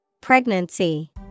Pregnancy